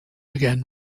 again